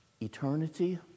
Eternity